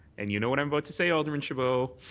and you know what i'm about to say, alderman chabot.